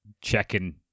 checking